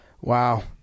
Wow